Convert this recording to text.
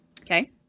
Okay